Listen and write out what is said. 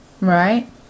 Right